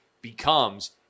becomes